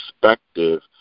perspective